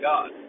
God